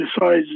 decides